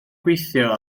gweithio